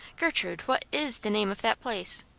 gertrude, what is the name of that place?